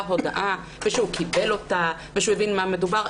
הודעה ושהוא קובל אותה ושהוא הבין במה מדובר.